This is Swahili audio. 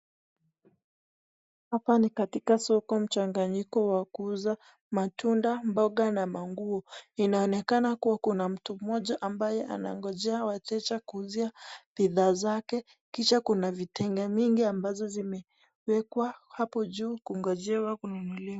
Hapa ni katika soko mchanganyiko wa kuuza matunda, mboga na manguo. Inaonekana kuwa kuna mtu mmoja ambaye anagonjea wateja kuuzia bidhaa zake kisha kuna vitenge mingi ambazo zimewekwa hapo juu kugonjewa kununuliwa.